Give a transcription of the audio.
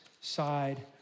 side